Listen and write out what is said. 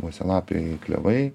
uosialapiai klevai